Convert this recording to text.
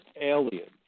alien